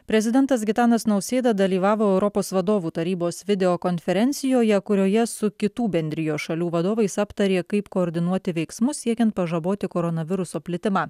prezidentas gitanas nausėda dalyvavo europos vadovų tarybos video konferencijoje kurioje su kitų bendrijos šalių vadovais aptarė kaip koordinuoti veiksmus siekiant pažaboti koronaviruso plitimą